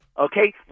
okay